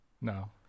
No